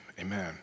amen